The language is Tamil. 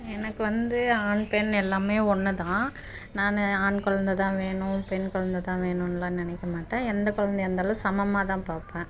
எனக்கு வந்து ஆண் பெண் எல்லாமே ஒன்றுதான் நான் ஆண் குழந்ததான் வேணும் பெண் குழந்ததான் வேணுன்லாம் நினைக்க மாட்டேன் எந்த குழந்தையா இருந்தாலும் சமமாகதான் பார்ப்பேன்